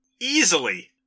easily